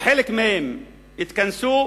או חלק מהם התכנסו,